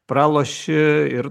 praloši ir